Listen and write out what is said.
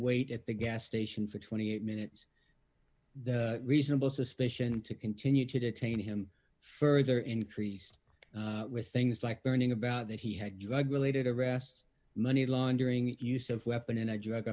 wait at the gas station for twenty eight minutes the reasonable suspicion to continue to detain him further increased with things like burning about that he had drug related arrests money laundering use of weapon in a drug